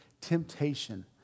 temptation